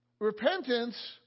Repentance